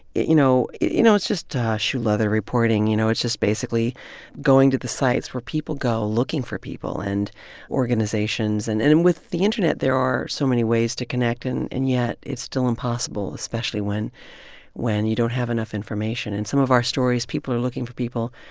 you know you know, it's just shoe-leather reporting. you know, it's just basically going to the sites where people go looking for people and organizations. and and and with the internet, there are so many ways to connect and yet it's still impossible, especially when when you don't have enough information. in some of our stories, people are looking for people,